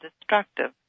destructive